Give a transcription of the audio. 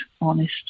honest